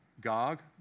Gog